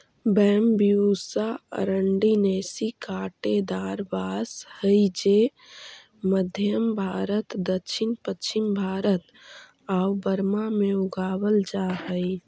Bambusa arundinacea काँटेदार बाँस हइ जे मध्म भारत, दक्षिण पश्चिम भारत आउ बर्मा में उगावल जा हइ